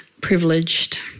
privileged